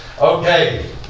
okay